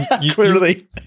Clearly